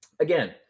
Again